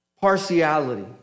partiality